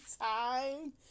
time